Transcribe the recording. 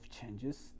changes